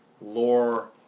lore